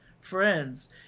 friends